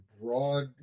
broad